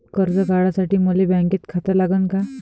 कर्ज काढासाठी मले बँकेत खातं लागन का?